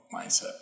mindset